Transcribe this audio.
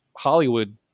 hollywood